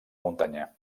muntanya